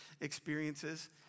experiences